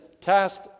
cast